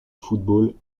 football